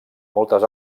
moltes